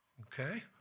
Okay